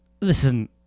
listen